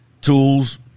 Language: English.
tools